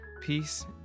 peace